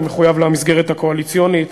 אני מחויב למסגרת הקואליציונית